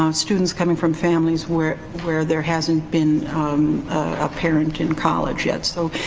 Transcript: um students coming from families where where there hasn't been a parent in college yet. so,